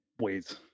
ways